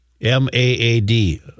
M-A-A-D